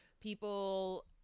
people